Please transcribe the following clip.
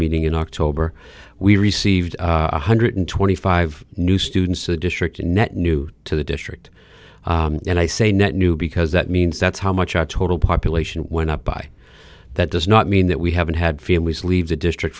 meeting in october we received one hundred twenty five new students a district in net new to the district and i say net new because that means that's how much our total population went up by that does not mean that we haven't had families leave the district